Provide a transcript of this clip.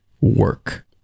work